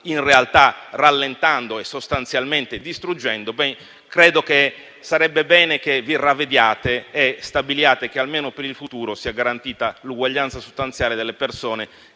in realtà rallentando e sostanzialmente distruggendo, sarebbe bene che il Governo si ravvedesse e stabilisse che almeno per il futuro sia garantita l'uguaglianza sostanziale delle persone